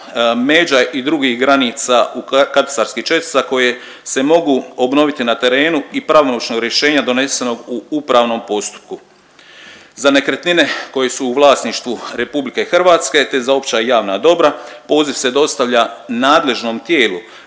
međa i drugih granica katastarskih čestica koje se mogu obnoviti na terenu i pravomoćnog rješenja donesenog u upravnom postupku. Za nekretnine koje su u vlasništvu RH te za opća i javna dobra poziv se dostavlja nadležnom tijelu